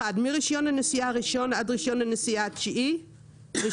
" טור א' מספר רישיונות הפעלת המונית טור ב' היחס בין